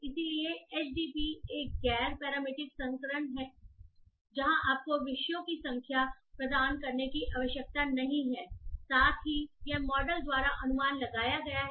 इसलिए एचडीपी एक गैर पैरामीट्रिक संस्करण है जहां आपको विषयों की संख्या प्रदान करने की आवश्यकता नहीं है साथ ही यह मॉडल द्वारा अनुमान लगाया गया है